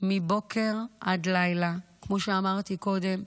מבוקר עד לילה, כמו שאמרתי קודם,